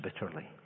bitterly